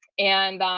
and